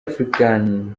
african